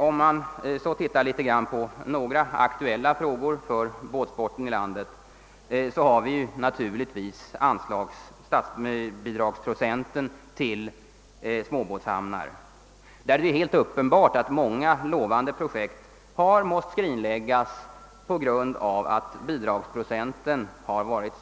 Om man så tittar på några aktuella frågor för båtsporten i landet uppmärksammar man naturligtvis statsbidragsprocenten till småbåtshamnar. Det är uppenbart att många lovande projekt måst skrinläggas på grund av att bidragsprocenten